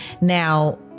Now